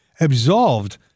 absolved